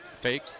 Fake